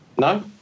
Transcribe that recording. no